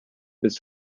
bis